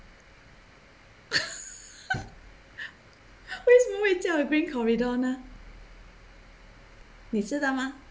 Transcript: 为什么会叫 green corridor 呢你知道吗